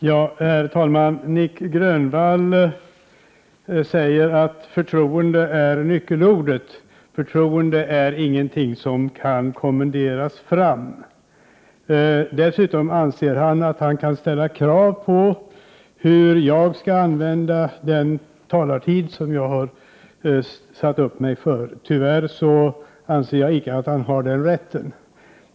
Herr talman! Nic Grönvall sade att nyckelordet är förtroende. Förtroende är inte någonting som kan kommenderas fram. Dessutom anser Nic Grönvall att han kan ställa krav på hur jag skall använda den taletid som jag har antecknat mig för. Jag anser att han icke har den rätten.